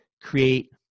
create